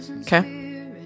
Okay